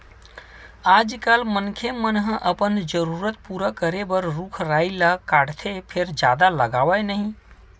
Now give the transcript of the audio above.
आजकाल मनखे मन ह अपने जरूरत पूरा करे बर रूख राई ल काटथे फेर जादा लगावय नहि